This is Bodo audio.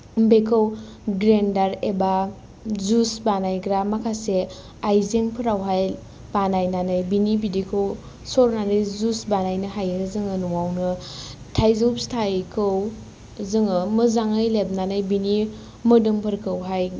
बेखौ ग्राय्नदार एबा जुस बानायग्रा माखासे आयजेंफोरावहाय बानायनानै बिनि बिदैखौ सरनानै जुस बानायनो हायो जोङो न'आवनो थाइजौ फिथाइखौ जोङो मोजाङै लेबनानै बिनि मोदोमफोरखौहाय